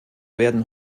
werden